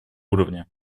уровня